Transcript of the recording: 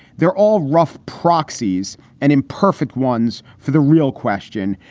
they're all rough proxy's and imperfect ones for the real question,